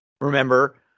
Remember